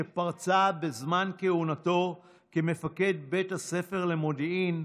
שפרצה בזמן כהונתו כמפקד בית הספר למודיעין,